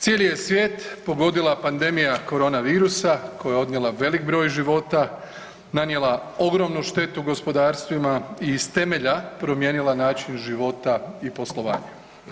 Cijeli je svijet pogodila pandemija korona virusa koja je odnijela veliki broj život, nanijela ogromnu štetu gospodarstvima i iz temelja promijenila način života i poslovanja.